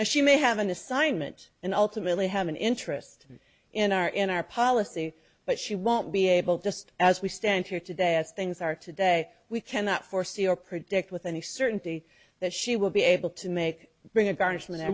now she may have an assignment and ultimately have an interest in our in our policy but she won't be able just as we stand here today as things are today we cannot foresee or predict with any certainty that she will be able to make bringing gar